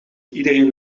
iedereen